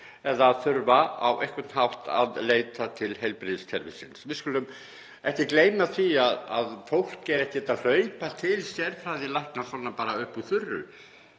eða þurfa á einhvern hátt að leita til heilbrigðiskerfisins. Við skulum ekki gleyma því að fólk er ekkert að hlaupa til sérfræðilækna svona bara upp úr þurru.